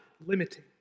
limiting